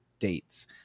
dates